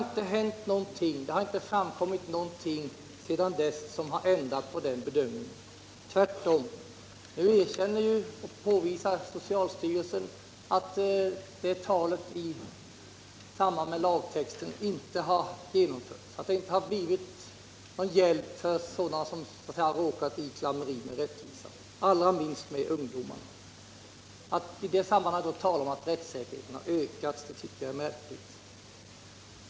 Det har inte framkommit någonting sedan dess som har ändrat på den bedömningen. Nu påvisar socialstyrelsen att det talet i samband med lagtexten inte har förverkligats, att det inte har blivit någon hjälp för dem som har råkat i klammeri med rättvisan, allra minst för ungdomar. Att i det sammanhanget tala om att rättssäkerheten har ökat tycker jag alltså är märkligt.